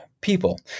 people